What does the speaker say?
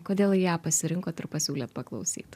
kodėl ją pasirinkot ir pasiūlėt paklausyt